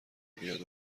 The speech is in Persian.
بیاد